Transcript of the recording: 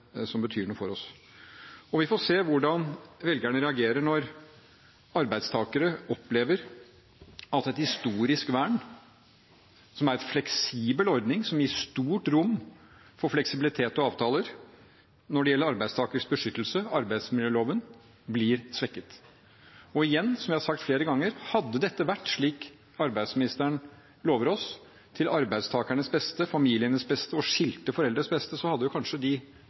som betyr noe for oss. Vi får se hvordan velgerne reagerer når arbeidstakere opplever at et historisk vern som er en fleksibel ordning, som gir stort rom for fleksibilitet og avtaler når det gjelder arbeidstakers beskyttelse, arbeidsmiljøloven, blir svekket. Og igjen, som jeg har sagt flere ganger: Hadde dette vært slik arbeidsministeren lover oss – til arbeidstakernes beste, familienes beste og skilte foreldres beste – hadde jo de kanskje